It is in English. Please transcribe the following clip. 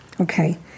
okay